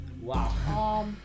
Wow